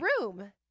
room